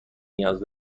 نیاز